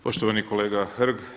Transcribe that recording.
Poštovani kolega Hrg.